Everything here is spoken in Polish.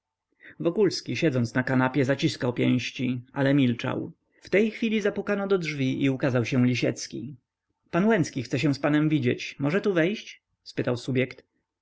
doczekał wokulski siedząc na kanapie zaciskał pięści ale milczał w tej chwili zapukano do drzwi i ukazał się lisiecki pan łęcki chce się z panem widzieć może tu wejść